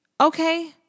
okay